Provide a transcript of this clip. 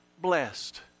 blessed